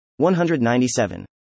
197